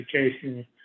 education